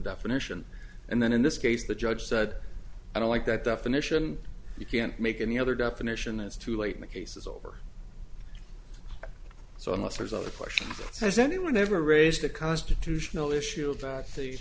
definition and then in this case the judge said i don't like that definition you can't make any other definition it's too late the case is over so unless there's a question has anyone ever raised the constitutional issue of the